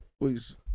please